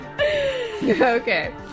Okay